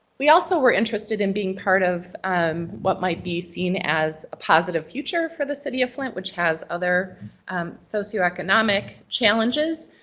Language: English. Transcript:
we also were interested in being part of what might be seen as a positive future for the city of flint, which has other socio-economic challenges.